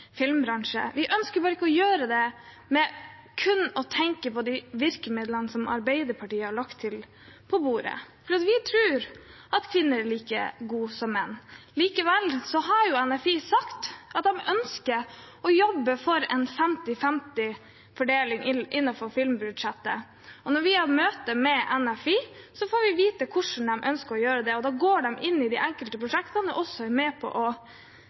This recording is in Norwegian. filmbransje, vi ønsker bare ikke å gjøre det kun gjennom de virkemidlene som Arbeiderpartiet har lagt på bordet, for vi tror at kvinner er like gode som menn. Likevel har NFI sagt at de ønsker å jobbe for en femti-femti-fordeling innenfor filmbudsjettet. Når vi har møte med NFI, får vi vite hvordan de ønsker å gjøre det, og da går de inn i de enkelte prosjektene og viser hvordan de kan løftes på kvalitet, hvordan de skal markedsføres, hva slags publikum man ønsker å rette det mot, osv. Dette er også med på å